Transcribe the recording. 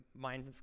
mind